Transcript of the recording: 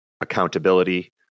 accountability